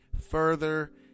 further